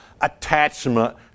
attachment